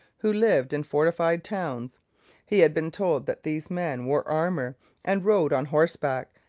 who lived in fortified towns he had been told that these men wore armour and rode on horseback,